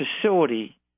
facility